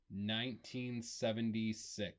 1976